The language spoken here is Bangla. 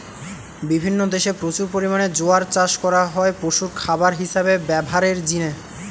বিভিন্ন দেশে প্রচুর পরিমাণে জোয়ার চাষ করা হয় পশুর খাবার হিসাবে ব্যভারের জিনে